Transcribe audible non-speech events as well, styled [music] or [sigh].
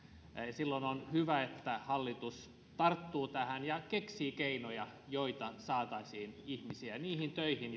silloin on hyvä että hallitus tarttuu tähän ja keksii keinoja joilla saataisiin ihmisiä niihin töihin [unintelligible]